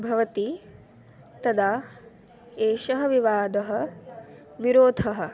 भवति तदा एषः विवादः विरोधः